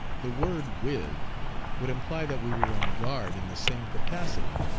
the word with would imply that we were on guard in the same capacity,